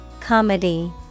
Comedy